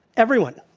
everyone,